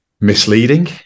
misleading